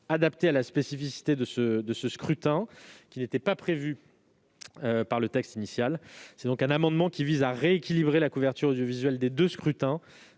adapté à la spécificité de ce scrutin, ce qui n'était pas prévu dans le texte initial. Cet amendement vise donc à rééquilibrer la couverture audiovisuelle des deux scrutins